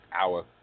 hour